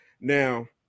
now